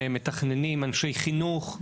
מתכננים, אנשי חינוך.